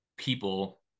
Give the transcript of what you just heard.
People